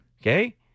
Okay